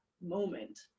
moment